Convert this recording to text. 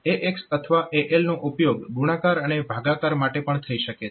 AX અથવા AL નો ઉપયોગ ગુણાકાર અને ભાગાકાર માટે પણ થઇ શકે છે